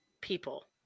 people